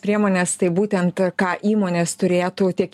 priemones tai būtent ką įmonės turėtų tiek